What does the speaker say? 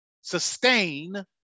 sustain